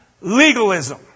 legalism